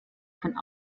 von